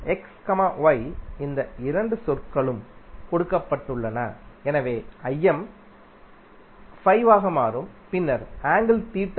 x y இந்த இரண்டு சொற்களும் கொடுக்கப்பட்டுள்ளன எனவே 5 ஆக மாறும் பின்னர் ஆங்கிள் தீட்டா